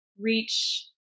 reach